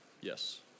yes